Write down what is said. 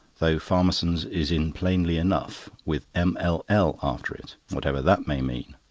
though farmerson's is in plainly enough with m l l. after it, whatever that may mean.